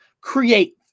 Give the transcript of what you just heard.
create